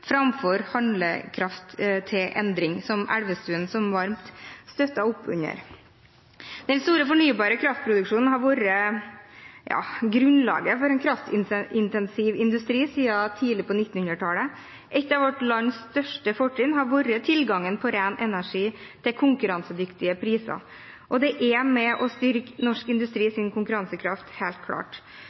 framfor handlekraft til endring, som Elvestuen så varmt støttet opp under. Den store fornybare kraftproduksjonen har vært grunnlaget for en kraftintensiv industri siden tidlig på 1900-tallet. Et av vårt lands største fortrinn har vært tilgangen på ren energi til konkurransedyktige priser, og det er helt klart med på å styrke norsk industris konkurransekraft. Men norsk industri